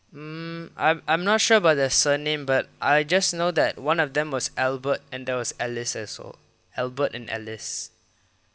mm I'm I'm not sure about their surname but I just know that one of them was albert and there was alice also albert and alice